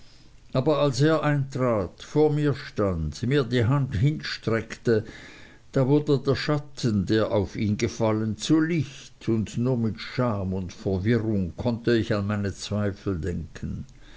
aber als er eintrat vor mir stand mir die hand hinstreckte da wurde der schatten der auf ihn gefallen zu licht und nur mit scham und verwirrung konnte ich an meine zweifel denken